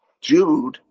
Jude